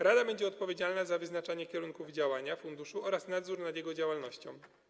Rada będzie odpowiedzialna za wyznaczanie kierunków działania funduszu oraz nadzór nad jego działalnością.